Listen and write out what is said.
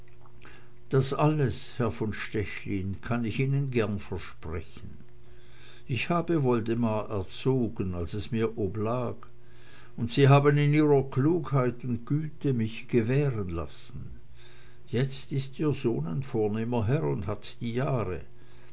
das alles herr von stechlin kann ich ihnen gern versprechen ich habe woldemar erzogen als es mir oblag und sie haben in ihrer klugheit und güte mich gewähren lassen jetzt ist ihr sohn ein vornehmer herr und hat die jahre